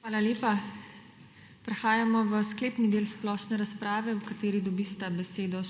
Hvala lepa. Prehajamo v sklepni del splošne razprave, v katerih dobita še besedo